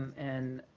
and